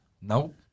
Nope